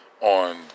on